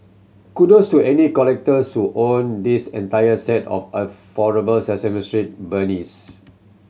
kudos to any collectors who own this entire set of Sesame Street beanies